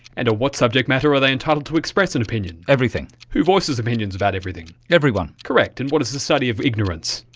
and on what subject matter are they entitled to express an opinion? everything. who voices opinions about everything? everyone. correct. and what is the study of ignorance?